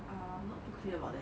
I'm not too clear about that